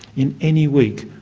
in any week,